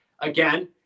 Again